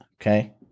Okay